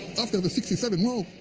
after the sixty seven war,